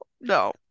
No